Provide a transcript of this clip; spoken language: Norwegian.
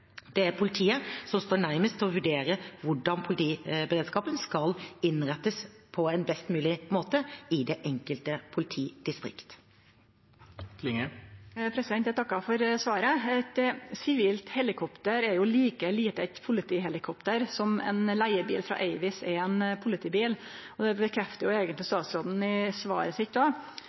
Det handler om politiet. Det er politiet som står nærmest til å vurdere hvordan politiberedskapen skal innrettes på en best mulig måte i det enkelte politidistrikt. Eg takkar for svaret. Eit sivilt helikopter er like lite likt eit politihelikopter som ein leigebil frå Avis er ein politibil. Det bekreftar eigentleg statsråden i svaret sitt.